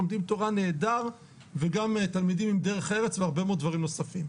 לומדים תורה נהדר וגם תלמידים עם דרך ארץ והרבה מאוד דברים נוספים,